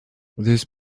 these